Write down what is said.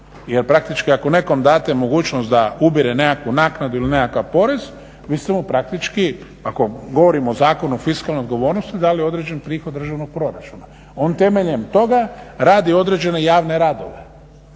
jer praktički ako nekome date mogućnost da ubire nekakvu naknadu ili nekakav porez, mi smo mu praktički, ako govorimo Zakonu o fiskalnoj odgovornosti dali određen prihod državnog proračuna. On temeljem toga radi određene javne radove,